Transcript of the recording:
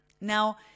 Now